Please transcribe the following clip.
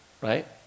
right